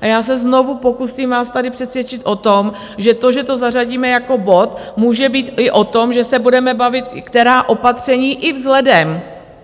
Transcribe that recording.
A já se znovu pokusím vás tady přesvědčit o tom, že to, že to zařadíme jako bod, může být i o tom, že se budeme bavit, která opatření i vzhledem,